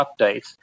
updates –